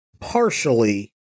partially